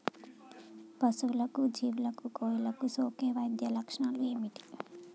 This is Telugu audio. పశువులకు జీవాలకు కోళ్ళకు సోకే వ్యాధుల లక్షణాలు ఏమిటి?